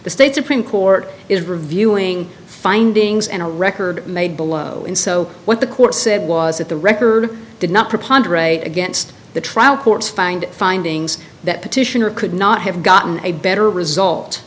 the state supreme court is reviewing findings and a record made below and so what the court said was that the record did not propose against the trial courts found findings that petitioner could not have gotten a better result